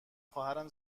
خواهرم